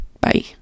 Bye